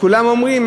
כולם אומרים,